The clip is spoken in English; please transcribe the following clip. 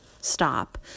stop